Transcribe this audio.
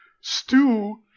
stew